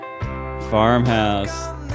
farmhouse